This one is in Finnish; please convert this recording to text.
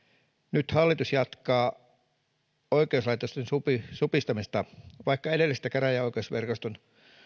nyt hallitus jatkaa oikeuslaitoksen supistamista vaikka edellisestä käräjäoikeusverkoston